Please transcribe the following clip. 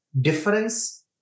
difference